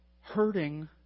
Hurting